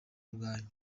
arwaye